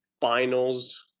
finals